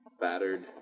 Battered